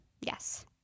yes